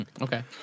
Okay